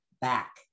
back